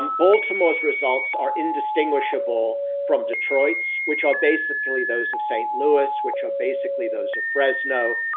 um baltimore's results are indistinguishable from detroit's, which are basically those of st. louis, which are basically, those of fresno.